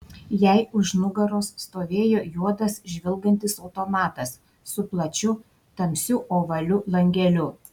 jai už nugaros stovėjo juodas žvilgantis automatas su plačiu tamsiu ovaliu langeliu